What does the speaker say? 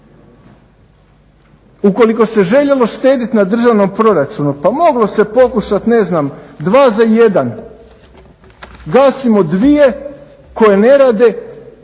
Ukoliko se željelo štediti na državnom proračunu pa moglo se pokušati ne znam dva za jedan, gasimo dvije koje ne rade